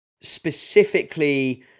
specifically